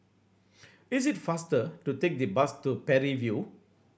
it is faster to take the bus to Parry View